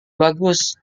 bagus